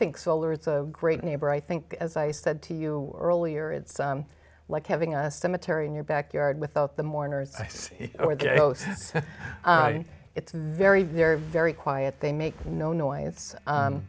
think solar it's a great neighbor i think as i said to you earlier it's like having a cemetery in your backyard without the mourners are there it's very very very quiet they make